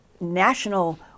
national